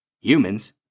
humans